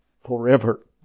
forever